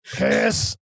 Yes